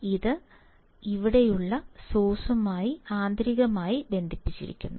ഇത് ഇവിടെയുള്ള സോഴ്സുമായി ആന്തരികമായി ബന്ധിപ്പിച്ചിരിക്കുന്നു